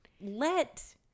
let